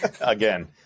Again